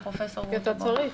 כי אתה צריך.